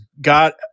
got